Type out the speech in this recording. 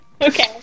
Okay